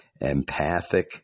empathic